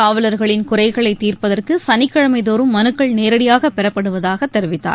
காவலர்களின் குறைகளை தீர்ப்பதற்கு சளிக்கிழமைதோறும் மனுக்கள் நேரடியாக பெறப்படுவதாக தெரிவித்தார்